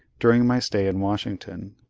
during my stay in washington.